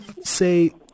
say